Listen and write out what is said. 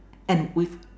and with